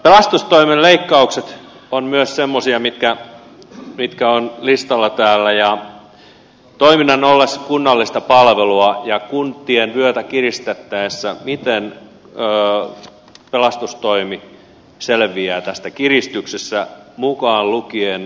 pelastustoimen leikkaukset ovat myös semmoisia mitkä ovat listalla täällä ja toiminnan ollessa kunnallista palvelua ja kuntien vyötä kiristettäessä kysyn miten pelastustoimi selviää tästä kiristyksestä mukaan lukien sopimuspalokunnat